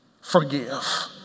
forgive